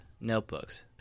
notebooks